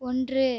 ஒன்று